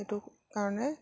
সেইটো কাৰণে